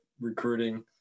recruiting